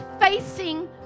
facing